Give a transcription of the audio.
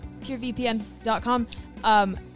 purevpn.com